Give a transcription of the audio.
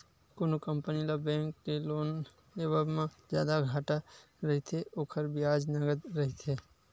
कोनो कंपनी ल बेंक ले लोन लेवब म जादा घाटा रहिथे, ओखर बियाज नँगत रहिथे